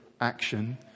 action